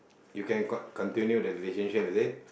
you can con~ continue the relationship is it